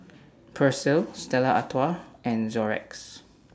Persil Stella Artois and Xorex